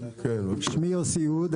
שמי יוסי אוד,